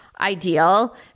ideal